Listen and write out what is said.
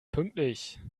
pünktlich